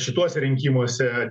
šituose rinkimuose